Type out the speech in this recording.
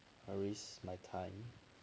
I'll risk my time